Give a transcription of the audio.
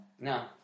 no